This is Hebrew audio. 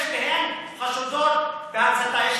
רק 25 מהן חשודות כהצתה,